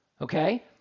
okay